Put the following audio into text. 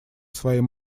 своим